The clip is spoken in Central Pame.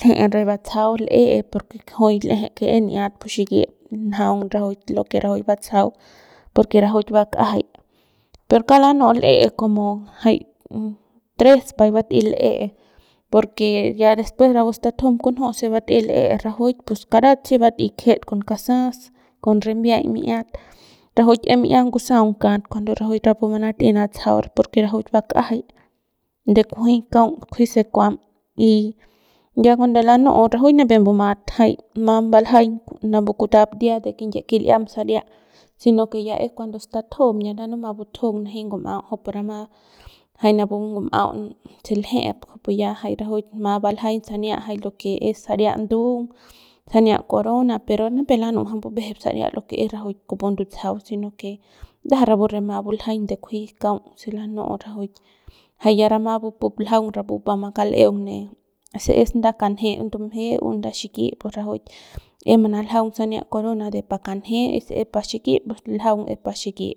L'eje re batsjau l'e porque rajuik l'eje que n'iat pu xikit njaung rajuik lo que rajuik batsajau porke rajuik bak'ajay per kauk lanu'u l'e como jay tres bat'ey l'e porque ya después napu statujum kunju se bat'ey l'e rajuik pus karat si bat'ey kjet con kasas con rimbiay bi'iat rajuik es mi'ia ngusaung kat cuando rajuik rapu manat'ey natsajau porque rajuik bak'ajay de kunji kaung kujuy se kuam y ya cuando lanu'u rajuik nipep mbumat jay mat mbaljaiñ napu kutap dia de kupu kinyie kil'iam si no que es cuando statujum ya ndanup mabutjung nanji ngum'au jupu rama jay napu ngum'au se ljep kupu ya jay rajuik mat baljaiñ sania jay lo que es saria ndung sania corona pero nipep lanu'u ja mbubejep saria de lo que es rajuik kupu ndutsajau si no que ndajap rapu re mat baljaiñ de kunji kaung se lanu'u rajuik jay ya rama bupup ljaung rapu para makal'ung ne si es nda kanje ndumje o nda xiki pus rajuik es manaljaung sania corona de pa kanje y si es pa xiki pus ljaung es pa xiki